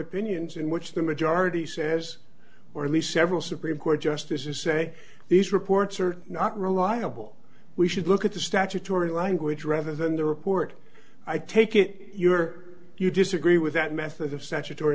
opinions in which the majority says or at least several supreme court justices say these reports are not reliable we should look at the statutory language rather than the report i take it you're you disagree with that method of statutory